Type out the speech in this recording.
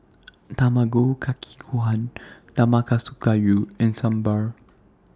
Tamago Kake Gohan Nanakusa Gayu and Sambar